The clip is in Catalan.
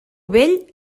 vell